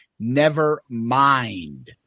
Nevermind